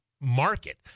market